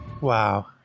Wow